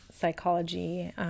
psychology